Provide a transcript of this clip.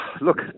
look